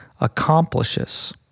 accomplishes